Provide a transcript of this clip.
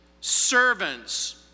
servants